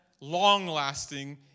long-lasting